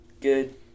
good